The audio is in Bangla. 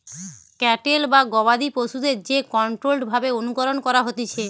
ক্যাটেল বা গবাদি পশুদের যে কন্ট্রোল্ড ভাবে অনুকরণ করা হতিছে